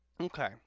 okay